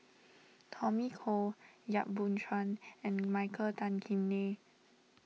Tommy Koh Yap Boon Chuan and Michael Tan Kim Nei